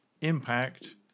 impact